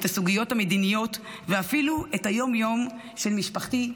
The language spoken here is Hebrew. את הסוגיות המדיניות ואפילו את היום-יום של משפחתי,